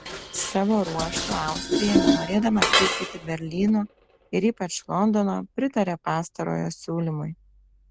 savo ruožtu austrija nenorėdama pykdyti berlyno ir ypač londono pritarė pastarojo siūlymui